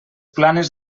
planes